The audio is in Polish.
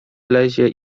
wlezie